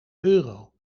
euro